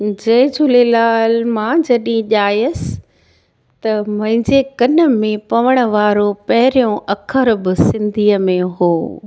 जय झूलेलाल मां जॾहिं जायस त मुंहिंजे कनु में पवण वारो पहिरियों अख़रु बि सिंधीअ में हो